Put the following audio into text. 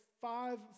five